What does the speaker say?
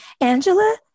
Angela